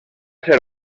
ser